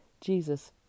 Jesus